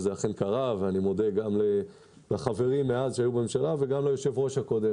וזה אכן קרה ואני מודה גם לחברים שהיו אז בממשלה וגם ליושב-ראש הקודם,